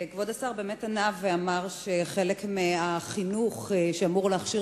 כבוד השר באמת ענה ואמר שחלק מהחינוך שאמור להכשיר